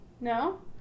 no